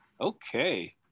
Okay